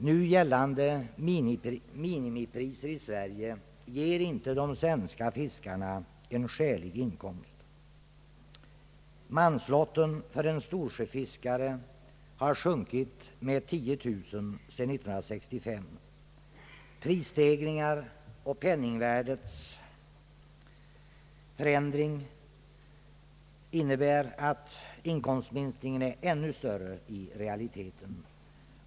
Nu gällande minimipriser i Sverige ger inte de svenska fiskarna en skälig inkomst. Manslotten för en storsjöfiskare har sjunkit med 10 000 kronor sedan 1965. Prisstegringarna och penningvärdeförändringen gör att inkomstminskningen är ännu större i realiteten.